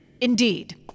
Indeed